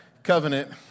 Covenant